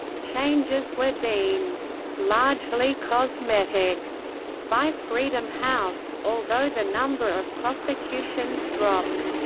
changes were deemed largely cosmetic by freedom house, although the number of prosecutions dropped.